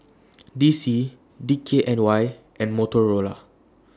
D C D K N Y and Motorola